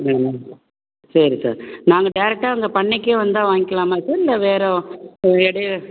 சரி சார் நாங்கள் டேரெக்ட்டாக அங்கே பண்ணைக்கே வந்தால் வாங்கிக்கலாமா சார் இல்லை வேறு இடையில